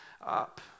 up